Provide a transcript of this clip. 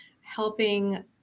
helping